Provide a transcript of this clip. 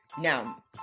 Now